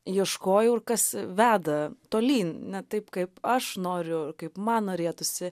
ieškojau ir kas veda tolyn ne taip kaip aš noriu ar kaip man norėtųsi